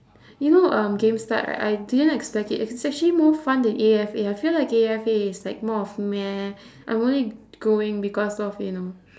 you know um gamestart right I didn't expect it it's actually more fun than A_F_A I feel like A_F_A is like more of meh I want it going because of you know